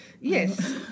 Yes